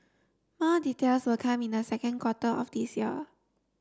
more details will come in the second quarter of this year